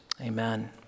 amen